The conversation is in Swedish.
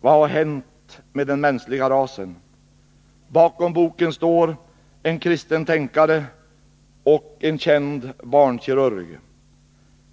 Vad har hänt med den mänskliga rasen? Bakom boken står en kristen tänkare och en känd barnkirurg.